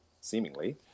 seemingly